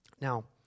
Now